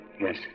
Yes